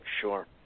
sure